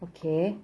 okay